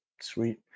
Sweet